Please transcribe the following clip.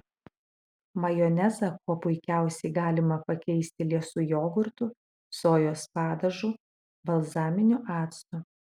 majonezą kuo puikiausiai galima pakeisti liesu jogurtu sojos padažu balzaminiu actu